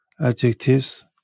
adjectives